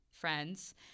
friends